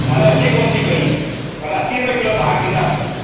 पालक अचे कोन थी पयी पर असी रुपये किलो तव्हांखे ॾींदासूं